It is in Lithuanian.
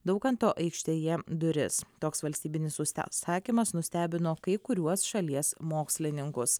daukanto aikštėje duris toks valstybinis suste sakymas nustebino kai kuriuos šalies mokslininkus